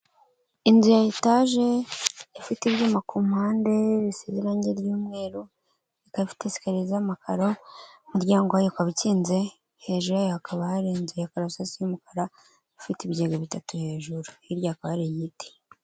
Inzu ya etage ifite ibyuma ku mpande bisize irangi ry'umweru, ikaba ifite esikariye z'amakaro, umuryango wayo ukaba ukinze, hejuru yayo hakaba hari inzu ya karabasansi y'umukara ifite ibigega bitatu hejuru, hirya hakaba hari igiti.